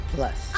Plus